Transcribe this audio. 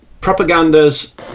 Propaganda's